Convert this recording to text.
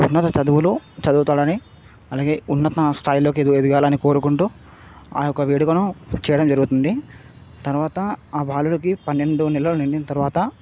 ఉన్నత చదువులు చదువుతాడని అలాగే ఉన్నత స్థాయిలోకి ఎదిగే ఎదగాలని కోరుకుంటూ ఆ యొక్క వేడుకను చేయడం జరుగుతుంది తర్వాత ఆ బాలుడికి పన్నెండు నెలలు నిండిన తర్వాత